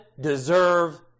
deserve